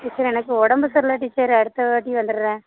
teacher எனக்கு உடம்பு சரியில்ல டீச்சர் அடுத்த வாட்டி வந்துடுறேன்